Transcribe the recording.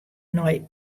nei